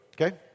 Okay